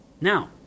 Now